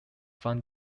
from